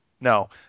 No